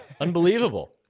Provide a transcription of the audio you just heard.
Unbelievable